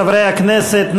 חברי הכנסת,